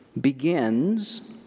begins